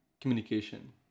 communication